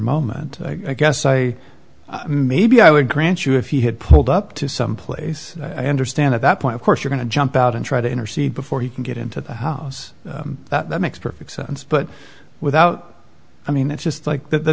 moment i guess i maybe i would grant you if he had pulled up to some place i understand at that point of course we're going to jump out and try to intercede before he can get into the house that makes perfect sense but without i mean it's just like th